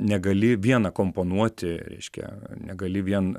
negali vien akompanuoti reiškia negali vien